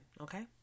Okay